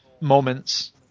moments